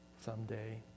someday